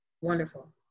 wonderful